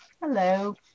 Hello